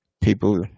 People